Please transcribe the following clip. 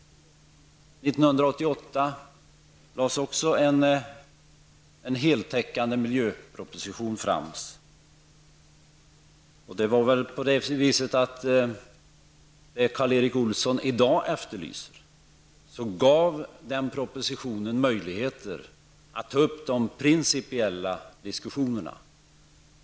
År 1988 framlades också en heltäckande miljöproposition. Med tanke på vad Karl Erik Olsson i dag efterlyser vill jag säga att den propositionen gav möjligheter att ta upp de principiella diskussionerna.